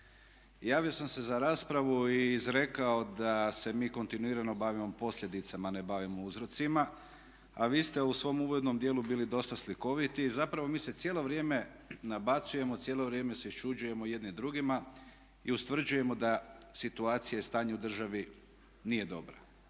Javio sam se za raspravu i izrekao da se mi kontinuirano bavimo posljedicama a ne bavimo uzrocima a vi ste u svom uvodnom dijelu bili dosta slikoviti. I zapravo mi se cijelo vrijeme nabacujemo, cijelo vrijeme se iščuđujemo jedni drugima i ustvrđujemo da situacija i stanje u državi nije dobra.